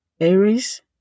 Aries